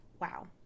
Wow